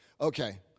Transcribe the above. Okay